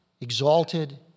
exalted